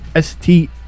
ST